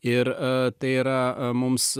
ir tai yra mums